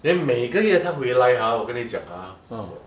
then 每个月他回来 ah 我跟你讲 ah